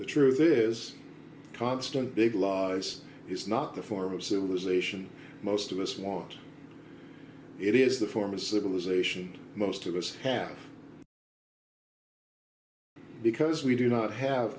the truth is constant big law is not the form of civilization most of us want it is the form of civilization most of us happy because we do not have